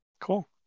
Cool